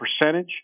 percentage